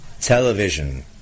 television